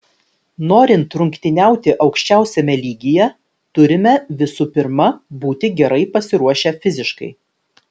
norint rungtyniauti aukščiausiame lygyje turime visų pirma būti gerai pasiruošę fiziškai